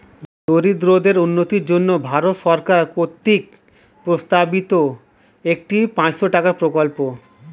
দরিদ্রদের উন্নতির জন্য ভারত সরকার কর্তৃক প্রস্তাবিত একটি পাঁচশো টাকার প্রকল্প